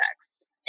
sex